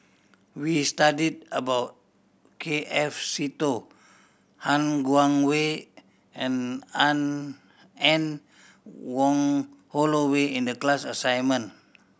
we studied about K F Seetoh Han Guangwei and Anne Wong Holloway in the class assignment